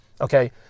okay